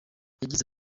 yagize